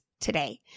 today